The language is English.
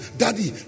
daddy